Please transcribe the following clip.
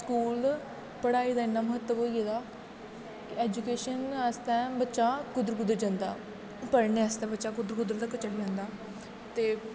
school पढ़ाई दा इन्ना म्हत्तव होई गेदा कि ऐजुकेशन आस्तै बच्चा कुद्धर कुद्धर जंदा ऐ पढ़ने आस्तै बच्चा कुद्धर कुद्धर तक्कर चली जंदा ते